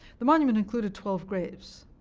the monument included twelve graves,